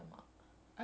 I know I love it